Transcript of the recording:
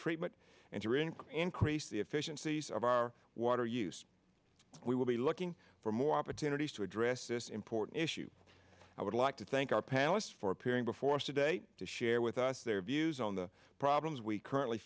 treatment and increase the efficiencies of our water use we will be looking for more opportunities to address this important issue i would like to thank our panelists for appearing before sedate to share with us their views on the problems we currently